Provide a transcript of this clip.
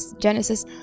Genesis